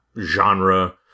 genre